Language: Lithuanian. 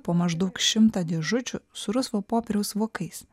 po maždaug šimtą dėžučių su rusvo popieriaus vokais